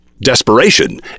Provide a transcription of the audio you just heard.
Desperation